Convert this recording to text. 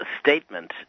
statement